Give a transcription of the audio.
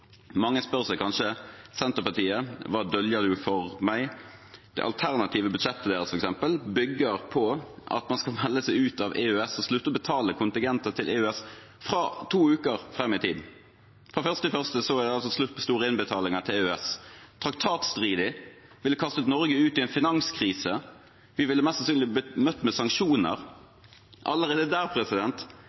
Mange spør seg kanskje: Senterpartiet, «vad döljer du för mig?» Det alternative budsjettet deres f.eks. bygger på at man skal melde seg ut av EØS og slutte å betale kontingent til EØS fra to uker fram i tid. Fra 1. januar skulle det altså være slutt på store innbetalinger til EØS. Traktatstridig – det ville kastet Norge ut i en finanskrise. Vi ville mest sannsynlig bli møtt med sanksjoner. Allerede der